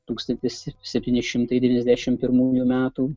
tūkstantis septyni šimtai devyniasdešimt pirmųjų metų